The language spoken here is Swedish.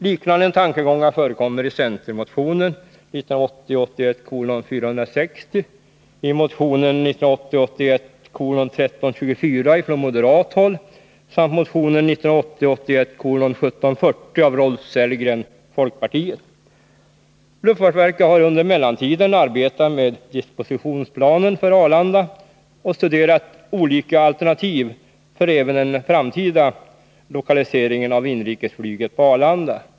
Liknande tankegångar förekommer i centermotionen 1980 81:1324 från moderat håll samt i motion 1980/81:1740 av Rolf Sellgren, folkpartiet. Luftfartsverket har under mellantiden arbetat med dispositionsplanen för Arlanda och studerat olika alternativ också för den framtida lokaliseringen av inrikesflyget till Arlanda.